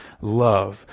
love